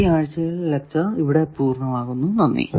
ഈ ആഴ്ചയിലെ ലെക്ചർ ഇവിടെ പൂർണമാകുന്നു നന്ദി